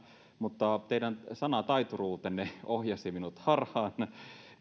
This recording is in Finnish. mutta teidän sanataituruutenne ohjasi minut harhaan